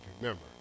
remember